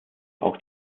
auch